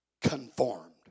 conformed